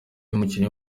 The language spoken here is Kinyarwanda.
umukinnyi